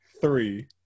Three